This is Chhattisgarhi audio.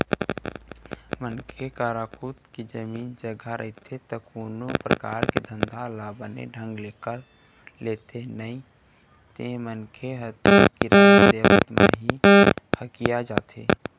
मनखे करा खुद के जमीन जघा रहिथे ता कोनो परकार के धंधा ल बने ढंग ले कर लेथे नइते मनखे ह तो किराया देवत म ही हकिया जाथे